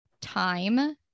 time